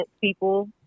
people